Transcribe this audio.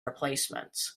replacements